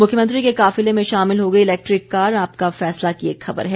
मुख्यमंत्री के काफिले में शामिल होगी इलेक्ट्रिक कार आपका फैसला की एक खबर है